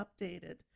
updated